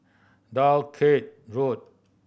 Dalkeith Road